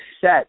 set